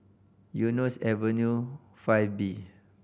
Eunos Avenue Five B